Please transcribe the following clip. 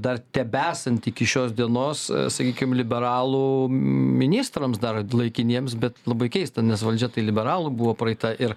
dar tebesant iki šios dienos sakykim liberalų ministrams dar laikiniems bet labai keista nes valdžia tai liberalų buvo praeita ir